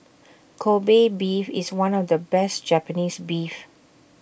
Kobe Beef is one of the best Japanese Beef